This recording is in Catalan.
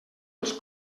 els